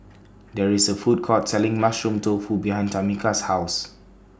There IS A Food Court Selling Mushroom Tofu behind Tamika's House